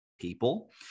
people